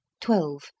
twelve